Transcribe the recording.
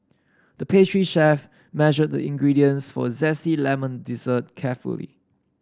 the pastry chef measured the ingredients for a zesty lemon dessert carefully